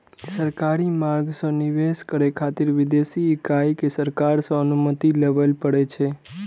सरकारी मार्ग सं निवेश करै खातिर विदेशी इकाई कें सरकार सं अनुमति लेबय पड़ै छै